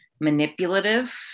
manipulative